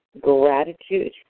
gratitude